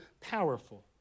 powerful